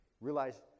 realize